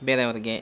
ಬೇರೆಯವ್ರಿಗೆ